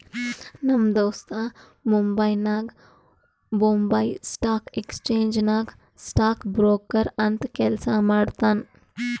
ನಮ್ ದೋಸ್ತ ಮುಂಬೈನಾಗ್ ಬೊಂಬೈ ಸ್ಟಾಕ್ ಎಕ್ಸ್ಚೇಂಜ್ ನಾಗ್ ಸ್ಟಾಕ್ ಬ್ರೋಕರ್ ಅಂತ್ ಕೆಲ್ಸಾ ಮಾಡ್ತಾನ್